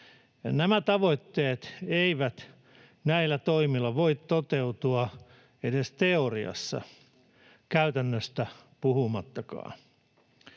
nämä tavoitteet eivät näillä toimilla voi toteutua edes teoriassa, käytännöstä puhumattakaan.